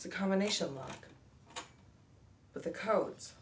it's a combination of the codes